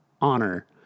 honor